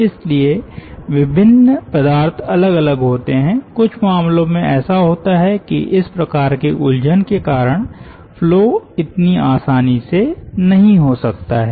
इसलिए विभिन्न पदार्थ अलग अलग होते हैं कुछ मामलों में ऐसा होता है कि इस प्रकार की उलझन के कारण फ्लो इतनी आसानी से नहीं हो सकता है